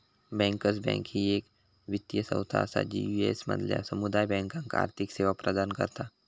bankers bank ही येक वित्तीय संस्था असा जी यू.एस मधल्या समुदाय बँकांका आर्थिक सेवा प्रदान करता